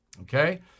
Okay